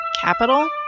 Capital